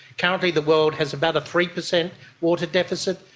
currently the world has about a three percent water deficit.